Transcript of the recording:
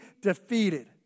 defeated